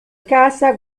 caza